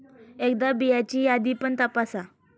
एकदा बियांची यादी पण तपासा